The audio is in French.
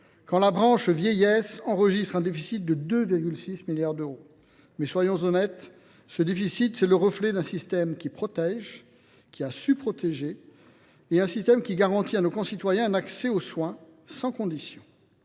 quand la branche vieillesse enregistre un déficit de 2,6 milliards d’euros. Mais soyons honnêtes : ce déficit, c’est le reflet d’un système qui protège et qui a su protéger. C’est un système qui garantit à nos concitoyens un accès aux soins, sans condition.